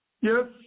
Yes